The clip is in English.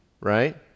right